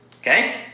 Okay